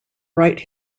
write